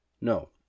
No